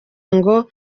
ngo